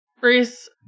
Reese